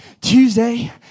Tuesday